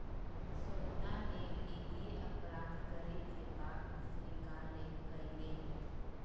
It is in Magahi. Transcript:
सोहना ने वित्तीय अपराध करे के बात स्वीकार्य कइले है